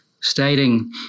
stating